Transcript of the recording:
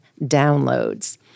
downloads